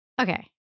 Okay